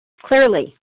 Clearly